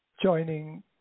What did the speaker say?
joining